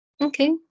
Okay